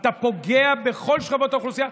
אתה פוגע בכל שכבות האוכלוסייה.